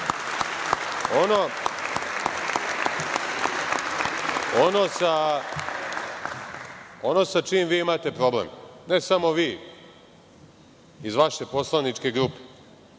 sa čim vi imate problem, ne samo vi iz vaše poslaničke grupe,